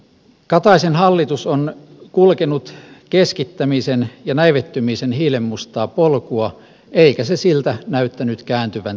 kataisen hallitus on kulkenut keskittämisen ja näivettymisen hiilenmustaa polkua eikä se siltä näyttänyt kääntyvän tänäänkään